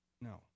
No